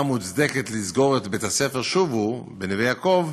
מוצדקת לסגור את בית-ספר "שובו" בנווה-יעקב,